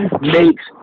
makes